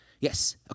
Yes